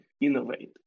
innovate